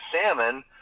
salmon